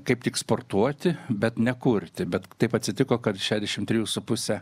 kaip tik sportuoti bet nekurti bet taip atsitiko kad šešiasdešimt trijų su puse